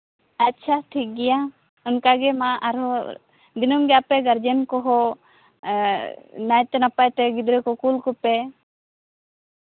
ᱟᱪᱪᱷᱟ ᱴᱷᱤᱠᱜᱮᱭᱟ ᱚᱱᱠᱟ ᱜᱮ ᱢᱟ ᱟᱨᱦᱚᱸ ᱫᱤᱱᱟᱹᱢ ᱜᱮ ᱟᱯᱮ ᱜᱟᱨᱡᱮᱱ ᱠᱚᱦᱚᱸ ᱮᱸᱜ ᱱᱟᱭᱛᱮ ᱱᱟᱯᱟᱭ ᱛᱮ ᱜᱤᱫᱽᱨᱟᱹ ᱠᱚ ᱠᱩᱞ ᱠᱚᱯᱮ